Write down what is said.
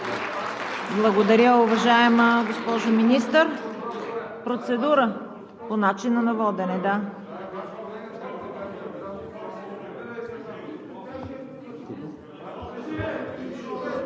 Благодаря, уважаема госпожо Министър. Процедура? По начина на водене, да.